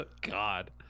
God